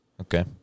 Okay